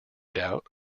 doubt